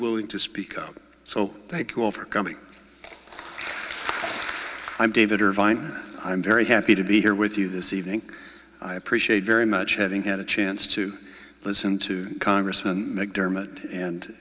ing to speak up so thank you all for coming i'm david ervine i'm very happy to be here with you this evening i appreciate very much having had a chance to listen to congressman mcdermott and